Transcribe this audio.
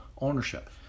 ownership